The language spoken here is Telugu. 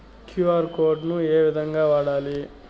క్యు.ఆర్ కోడ్ ను ఏ విధంగా వాడాలి?